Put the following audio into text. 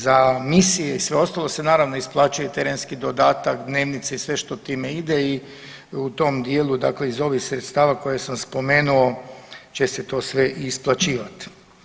Za misije i sve ostalo se naravno isplaćuje terenski dodatak, dnevnice i sve što time ide i u tom djelu, dakle iz ovih sredstava koje sam spomenuo će se to sve i isplaćivati.